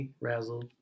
razzle